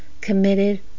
committed